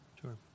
Sure